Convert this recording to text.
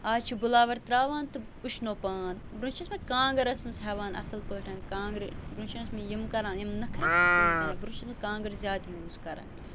اَز چھِ بُلاوَر ترٛاوان تہٕ وُشنو پان برٛونٛہہ چھِ ٲسمٕتۍ کانٛگٕر ٲسمٕژ ہٮ۪وان اَصٕل پٲٹھۍ کانٛگٕرِ برٛونٛہہ چھِ ٲسمٕتۍ یِم کَرانان یِم نٔخرٕ کِہیٖنۍ تہِ نہٕ برٛونٛہہ چھِس اوسمُت کانٛگٕر زیادٕ یوٗز کَران